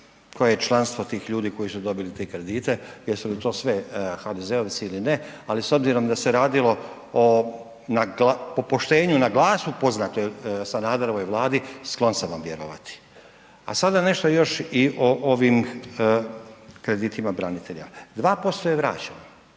koje je članstvo tih ljudi koji su dobili te kredite, jesu li to sve HDZ-ovci ili ne, ali s obzirom da se radilo po poštenju na glasu poznatoj Sanaderovoj Vladi sklon sam vam vjerovati. A sada nešto još i o ovim kreditima branitelja. 2% je vraćeno,